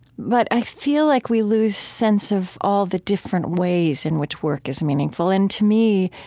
but i feel like we lose sense of all the different ways in which work is meaningful. and to me,